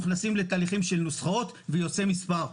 שנכנסים לתהליכים של נוסחאות ויוצא מספר.